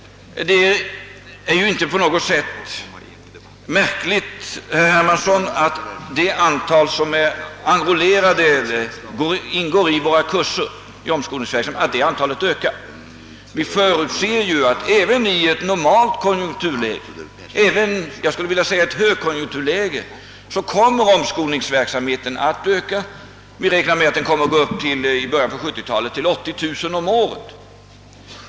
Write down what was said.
Och det är inte på något sätt märkligt, herr Hermansson, att antalet deltagare i våra omskolningskurser ökar. Vi förutser att omskolningsverksamheten kommer att öka även i ett normalt konjunkturläge — ja, även i ett högkonjunkturläge. Vi räknar med att antalet deltagare i omskolningskurserna kommer att ligga på omkring 80000 om året i början av 1970-talet.